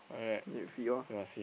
then you see orh